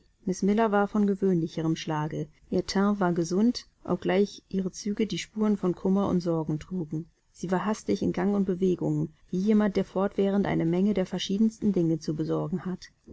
von gewöhnlicherem schlage ihr teint war gesund obgleich ihre züge die spuren von kummer und sorgen trugen sie war hastig in gang und bewegungen wie jemand der fortwährend eine menge der verschiedensten dinge zu besorgen hat